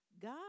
God